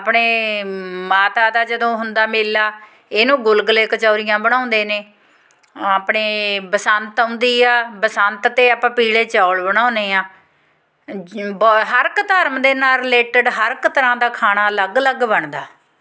ਆਪਣੇ ਮਾਤਾ ਦਾ ਜਦੋਂ ਹੁੰਦਾ ਮੇਲਾ ਇਹਨੂੰ ਗੁਲਗੁਲੇ ਕਚੋਰੀਆਂ ਬਣਾਉਂਦੇ ਨੇ ਆਪਣੇ ਬਸੰਤ ਆਉਂਦੀ ਆ ਬਸੰਤ 'ਤੇ ਆਪਾਂ ਪੀਲੇ ਚੌਲ ਬਣਾਉਂਦੇ ਹਾਂ ਹਰ ਇੱਕ ਧਰਮ ਦੇ ਨਾਲ ਰਿਲੇਟਡ ਹਰ ਇੱਕ ਤਰ੍ਹਾਂ ਦਾ ਖਾਣਾ ਅਲੱਗ ਅਲੱਗ ਬਣਦਾ